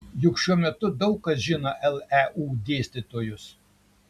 juk šiuo metu daug kas žino leu dėstytojus